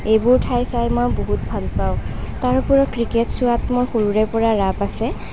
এইবোৰ ঠাই চাই মই বহুত ভাল পাওঁ তাৰ উপৰিও ক্ৰিকেট চোৱাত মোৰ সৰুৰে পৰা ৰাপ আছে